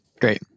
great